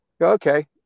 okay